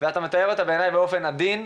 ובעיני אתה מתאר אותה באופן עדין,